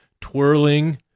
twirling